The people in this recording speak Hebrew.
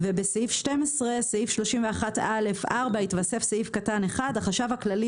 בסעיף 12 סעיף 31א4 יתוסף סעיף קטן (1): החשב הכללי